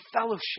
fellowship